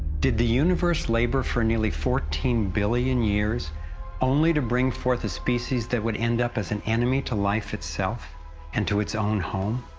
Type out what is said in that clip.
did the universe labor for nearly fourteen billion years only to bring forth a species that will end up as an enemy to life itself and to its own home?